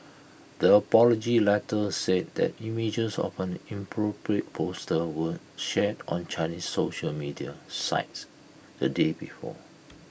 the apology letter said that images of an inappropriate poster were shared on Chinese social media sites the day before